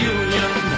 union